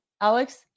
Alex